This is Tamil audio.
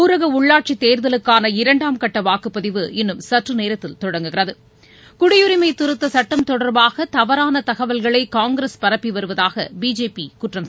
ஊரகஉள்ளாட்சித் தேர்தலுக்கான இரண்டாம் கட்டவாக்குப்பதிவு இன்னும் சற்றுநேரத்தில் தொடங்குகிறது குடியுரிமைதிருத்தசட்டம் தொடர்பாகதவறானதகவல்களைகாங்கிரஸ் பரப்பிவருவதாகபிஜேபிகுற்றம்